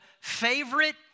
favorite